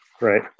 right